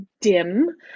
dim